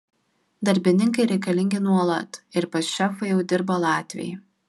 darbininkai reikalingi nuolat ir pas šefą jau dirba latviai